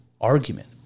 argument